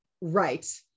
Right